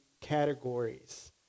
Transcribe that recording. categories